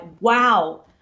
wow